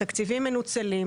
התקציבים מנוצלים.